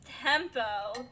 tempo